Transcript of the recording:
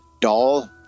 doll